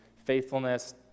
faithfulness